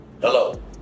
Hello